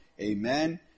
Amen